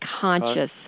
conscious